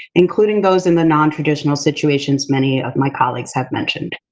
including those in the nontraditional situations many of my colleagues have mentioned.